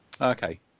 Okay